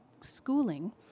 schooling